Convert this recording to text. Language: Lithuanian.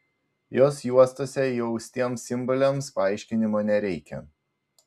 jos juostose įaustiems simboliams paaiškinimo nereikia